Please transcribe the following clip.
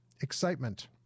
excitement